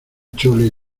chole